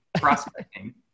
prospecting